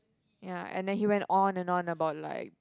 ya and then he went on and on about like